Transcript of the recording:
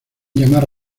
llamar